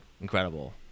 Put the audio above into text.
incredible